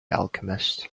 alchemist